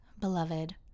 beloved